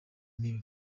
mibi